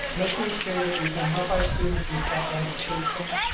making sure that we can help our students in special education,